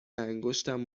انگشتم